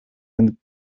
and